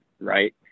Right